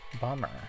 Bummer